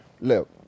Look